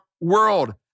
world